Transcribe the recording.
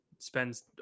spends